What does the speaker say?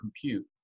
compute